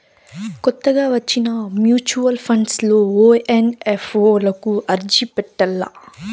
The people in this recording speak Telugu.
కొత్తగా వచ్చిన మ్యూచువల్ ఫండ్స్ లో ఓ ఎన్.ఎఫ్.ఓ లకు అర్జీ పెట్టల్ల